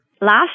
Last